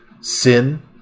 sin